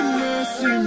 mercy